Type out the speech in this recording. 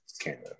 Canada